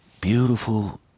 beautiful